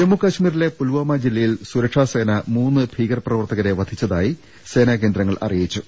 ജമ്മു കശ്മീരിലെ പുൽവാമ ജില്ലയിൽ സുരക്ഷാ സേന മൂന്ന് ഭീകര പ്രവർത്തകരെ വധിച്ചതായി സേനാകേന്ദ്രങ്ങൾ അറിയിച്ചു